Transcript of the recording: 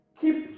keep